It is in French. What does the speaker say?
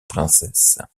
princesse